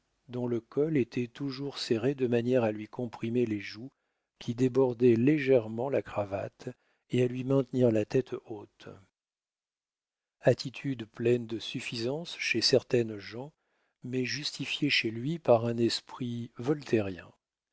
dont le col était toujours serré de manière à lui comprimer les joues qui débordaient légèrement la cravate et à lui maintenir la tête haute attitude pleine de suffisance chez certaines gens mais justifiée chez lui par un esprit